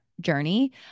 journey